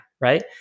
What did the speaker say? right